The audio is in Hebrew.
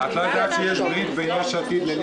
עוד לא שמענו את היועץ המשפטי.